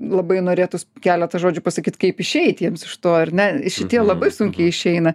labai norėtųs keletą žodžių pasakyt kaip išeit jiems iš to ar ne šitie labai sunkiai išeina